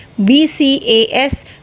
BCAS